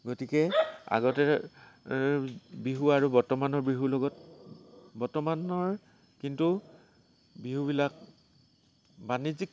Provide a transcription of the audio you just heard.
গতিকে আগতে বিহু আৰু বৰ্তমানৰ বিহুৰ লগত বৰ্তমানৰ কিন্তু বিহুবিলাক বাণিজ্যিক